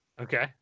Okay